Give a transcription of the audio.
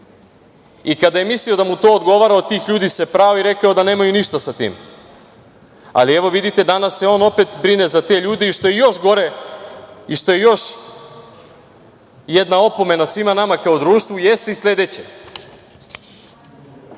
Kada je mislio da mu to odgovara, od tih ljudi se prao i rekao da nemaju ništa sa tim. Ali, evo, vidite, danas se on opet brine za te ljude i, što je još gore, što je još jedna opomena svima nama kao društvu, jeste i sledeće